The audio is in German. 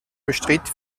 bestritt